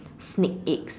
snake eggs